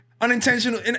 Unintentional